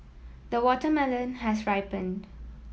the watermelon has ripened